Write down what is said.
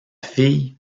fille